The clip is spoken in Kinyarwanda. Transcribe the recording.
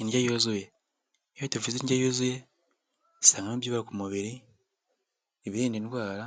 Indyo yuzuye iyo tuvuze indyo yuzuye bisaba ibyubaka umubiri ibirinda indwara